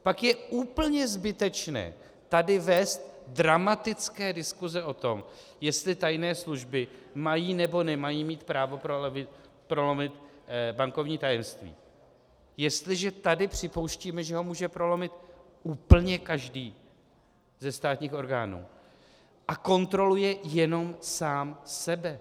Pak je úplně zbytečné tady vést dramatické diskuse o tom, jestli tajné služby mají, nebo nemají mít právo prolomit bankovní tajemství, jestliže tady připouštíme, že ho může prolomit úplně každý ze státních orgánů a kontroluje jenom sám sebe.